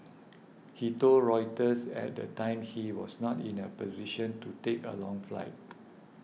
he told Reuters at the time he was not in a position to take a long flight